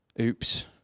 oops